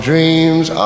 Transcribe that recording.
Dreams